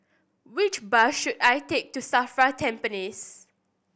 which bus should I take to SAFRA Tampines